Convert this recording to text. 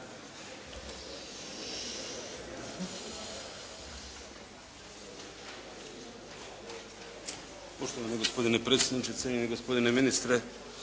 Poštovani gospodine predsjedniče, cijenjeni gospodine ministre,